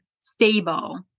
stable